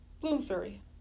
Bloomsbury